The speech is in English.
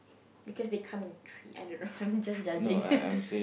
because they come in three I don't know I'm just judging